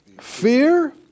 Fear